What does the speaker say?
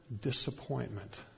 disappointment